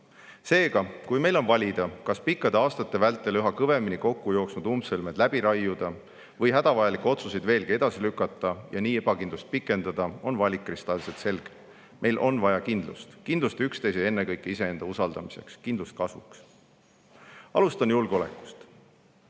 Seega, kui meil on valida, kas pikkade aastate vältel üha kõvemini kokkujooksnud umbsõlmed läbi raiuda või hädavajalikke otsuseid veelgi edasi lükata ja nii ebakindlust pikendada, on valik kristalselt selge. Meil on vaja kindlust. Kindlust üksteise ja ennekõike iseenda usaldamiseks. Kindlust kasvuks. Alustan julgeolekust.